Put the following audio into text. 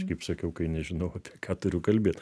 aš kaip sakiau kai nežinau tai ką turiu kalbėt